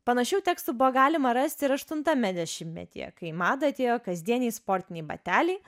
panašių tekstų buvo galima rasti ir aštuntame dešimtmetyje kai į madą atėjo kasdieniai sportiniai bateliai